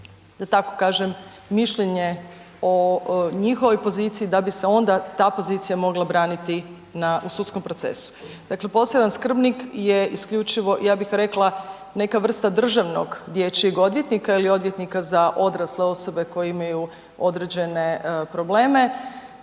da tako kažem, mišljenje o njihovoj poziciji da bi se onda ta pozicija mogla braniti u sudskom procesu. Dakle, poseban skrbnik je isključivo, ja bih rekla, neka vrsta državnog dječjeg odvjetnika ili odvjetnika za odrasle osobe koje imaju određene probleme